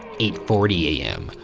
eight forty a m.